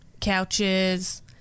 couches